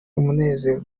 umunezero